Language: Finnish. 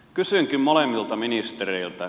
kysynkin molemmilta ministereiltä